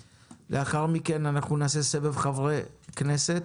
ולאחר מכן נעשה סבב דוברים מבין חברי הכנסת.